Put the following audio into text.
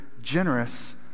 generous